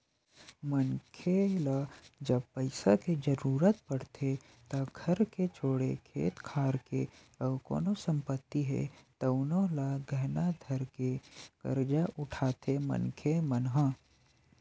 मनखे ल जब पइसा के जरुरत पड़थे त घर के छोड़े खेत खार के अउ कोनो संपत्ति हे तउनो ल गहना धरके करजा उठाथे मनखे मन ह